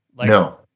No